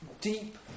deep